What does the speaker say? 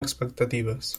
expectatives